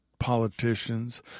politicians